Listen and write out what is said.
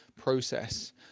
process